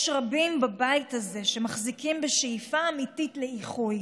יש רבים בבית הזה שמחזיקים בשאיפה אמיתית לאיחוי